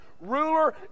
ruler